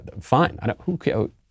fine